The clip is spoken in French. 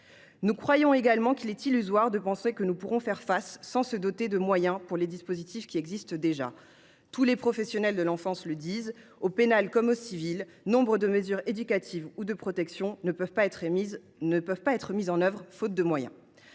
Nous croyons également qu’il est illusoire de penser que nous pourrons faire face à ce problème sans nous doter de moyens pour mettre en œuvre les dispositifs qui existent déjà. Tous les professionnels de l’enfance le disent : au pénal comme au civil, nombre de mesures éducatives ou de protection ne peuvent être mises en œuvre faute de moyens.